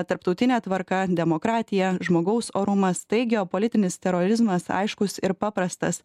tarptautinė tvarka demokratija žmogaus orumas tai geopolitinis terorizmas aiškus ir paprastas